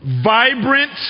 vibrant